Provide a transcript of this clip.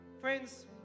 Friends